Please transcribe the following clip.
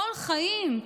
כל חיים,